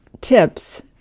tips